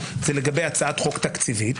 זה לגבי הצעת חוק תקציבית